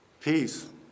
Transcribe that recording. peace